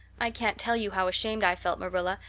i can't tell you how ashamed i felt, marilla,